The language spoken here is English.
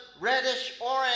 reddish-orange